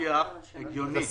בשיח הגיוני.